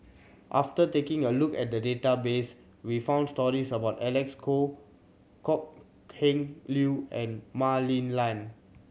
after taking a look at the database we found stories about Alec Kuok Kok Heng Leun and Mah Li Lian